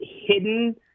hidden